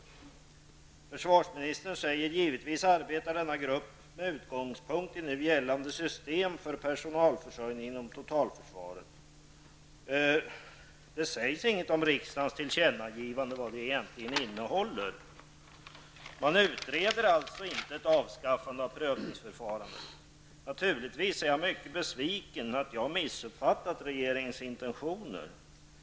Försvarsministern säger i svaret: ''Givetvis arbetar denna grupp med utgångspunkt i nu gällande system för personalförsörjning inom totalförsvaret''. Det sägs däremot ingenting om vad riksdagens tillkännagivande egentligen innehåller. Man utreder alltså inte frågan om ett avskaffande av prövningsförfarandet. Naturligtvis är jag mycket besviken över att jag missuppfattat regeringens intentioner.